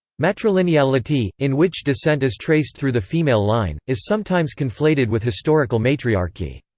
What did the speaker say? matrilineality, in which descent is traced through the female line, is sometimes conflated with historical matriarchy.